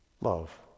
Love